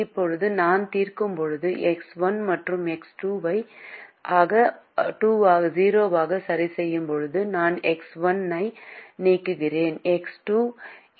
இப்போது நாம் தீர்க்கும்போது எக்ஸ் 1 மற்றும் எக்ஸ் 2 ஐ 0 ஆக சரிசெய்யும்போது நான் எக்ஸ் 1 ஐ நீக்குகிறேன் எக்ஸ் 2